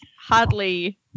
hardly